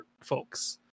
folks